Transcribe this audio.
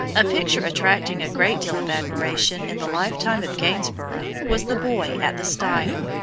a picture attracting a great deal of admiration in the lifetime of gainsborough, was the boy at the stile.